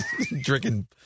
drinking